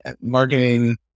marketing